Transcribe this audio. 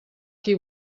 qui